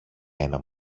ένα